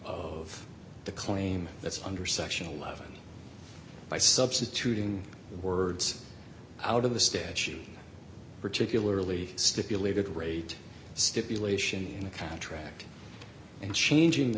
of the claim that's under section eleven by substituting the words out of the statute particularly stipulated rate stipulation in the contract and changing the